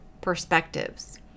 perspectives